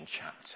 chapter